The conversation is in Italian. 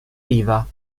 riva